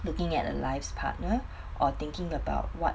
looking at a life's partner or thinking about what